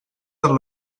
tant